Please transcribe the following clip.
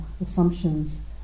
assumptions